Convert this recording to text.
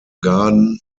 garden